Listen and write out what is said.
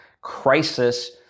crisis